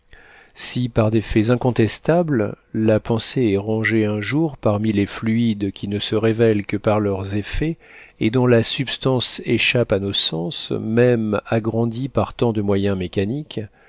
si par des faits incontestables la pensée est rangée un jour parmi les fluides qui ne se révèlent que par leurs effets et dont la substance échappe à nos sens même agrandis par tant de moyens mécaniques